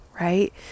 right